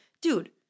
dude